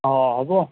অঁ হ'ব